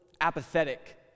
apathetic